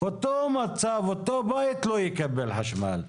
אותו מצב, אותו בית לא יקבל חשמל.